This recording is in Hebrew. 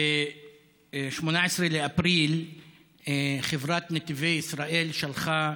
ב-18 באפריל חברת נתיבי ישראל שלחה